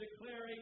declaring